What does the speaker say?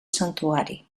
santuari